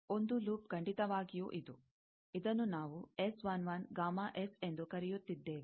ಒಂದು ಲೂಪ್ ಖಂಡಿತವಾಗಿಯೂ ಇದು ಇದನ್ನು ನಾವು ಎಂದು ಕರೆಯುತ್ತಿದ್ದೇವೆ